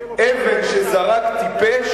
אבן שזרק טיפש,